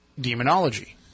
demonology